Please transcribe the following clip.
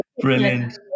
brilliant